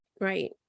Right